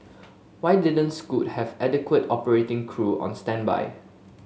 why didn't Scoot have adequate operating crew on standby